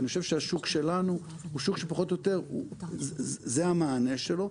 אני חושב שהשוק שלנו הוא שוק שפחות או יותר זה המענה שלו.